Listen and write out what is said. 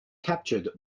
captured